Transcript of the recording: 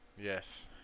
Yes